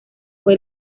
fue